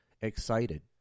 excited